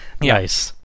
Nice